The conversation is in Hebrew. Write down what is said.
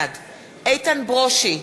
איתן ברושי,